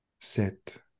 Sit